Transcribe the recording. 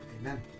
Amen